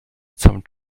some